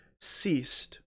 ceased